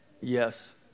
yes